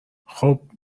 خوب